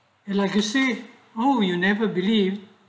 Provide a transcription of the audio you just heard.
a legacy oh you never believe